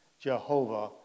Jehovah